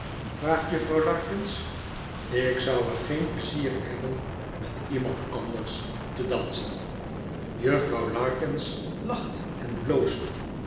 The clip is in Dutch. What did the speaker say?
juffrouw larkins ik zou er geen pleizier in hebben met iemand anders te dansen juffrouw larkins lacht en bloost